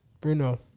Bruno